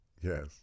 Yes